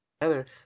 together